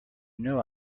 know